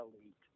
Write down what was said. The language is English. elite